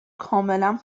کاملا